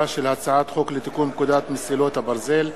הצעת חוק לתיקון פקודת מסילות הברזל (מס'